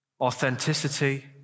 authenticity